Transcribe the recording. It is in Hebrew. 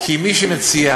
כי מי שמציע,